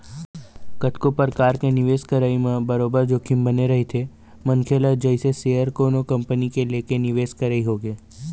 कतको परकार के निवेश करई म बरोबर जोखिम बने रहिथे मनखे ल जइसे सेयर कोनो कंपनी के लेके निवेश करई होगे